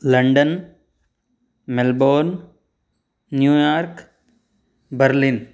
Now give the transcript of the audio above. London Melbourne New York Berlin